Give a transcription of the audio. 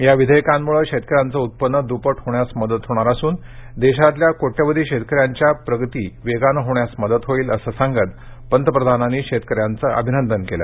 या विधेयकांमुळे शेतकऱ्यांचं उत्पन्न द्पपट होण्यास मदत होणार असून देशातल्या कोट्यवधी शेतकऱ्यांची प्रगती वेगानं होण्यास मदत होईल असं सांगत पंतप्रधानांनी शेतकऱ्यांच अभिनंदन केलं